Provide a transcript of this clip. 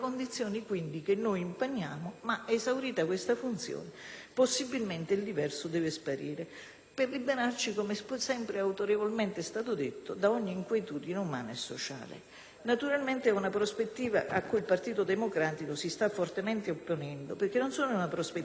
per liberaci - come sempre ed autorevolmente è stato detto - da ogni inquietudine umana e sociale. Naturalmente a tale prospettiva il Partito Democratico si sta fortemente opponendo perché non solo è miope, ma manca di una qualsiasi visione strategica del problema della sicurezza e dell'immigrazione.